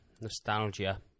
Nostalgia